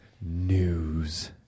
news